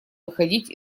выходить